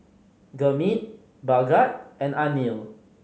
Gurmeet Bhagat and Anil